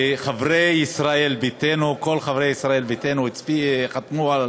כל חברי ישראל ביתנו חתמו על